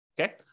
Okay